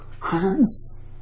hands